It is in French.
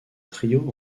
trio